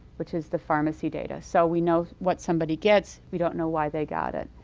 which is the pharmacy data. so we know what somebody gets, we don't know why they got it.